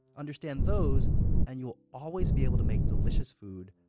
understand those and you will always be able to make delicious food,